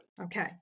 okay